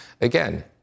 Again